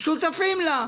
שותפים לו.